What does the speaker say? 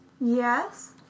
yes